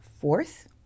fourth